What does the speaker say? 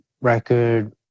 record